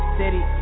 city